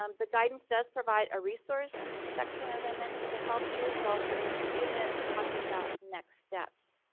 um the guidance does provide a resource section as i mentioned to help you. so, i'll spend just a few minutes talking about next steps.